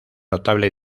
notable